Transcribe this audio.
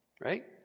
right